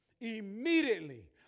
Immediately